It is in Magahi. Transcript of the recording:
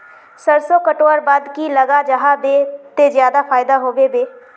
सरसों कटवार बाद की लगा जाहा बे ते ज्यादा फायदा होबे बे?